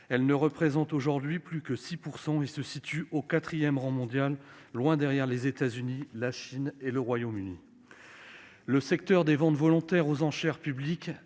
elle n'en représente actuellement plus que 6 % et se situe au quatrième rang mondial, loin derrière les États-Unis, le Royaume-Uni et la Chine. Le secteur des ventes volontaires aux enchères publiques